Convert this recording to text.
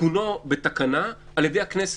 תיקונו בתקנה על ידי הכנסת.